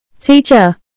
Teacher